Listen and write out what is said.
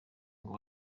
ngo